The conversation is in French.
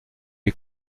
les